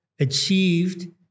achieved